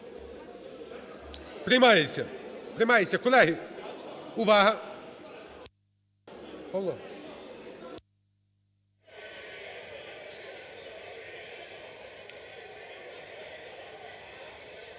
Приймається. Приймається. Колеги, увага!